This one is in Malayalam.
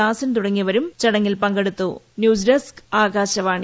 ദാസൻ തുടങ്ങിയവരും പങ്കെടുത്തു ന്യൂസ് ഡെസ്ക് ആകാശവാണി